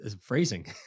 phrasing